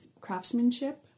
craftsmanship